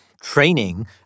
training